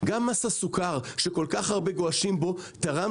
גם מס הסוכר שכל כך הרבה גועשים בו תרם